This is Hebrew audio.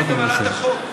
רשות המיסים ממלאה את החוק.